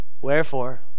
Wherefore